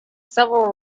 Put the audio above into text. several